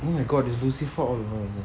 oh my god is lucifer all over again